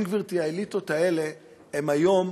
כן, גברתי, האליטות האלה הן היום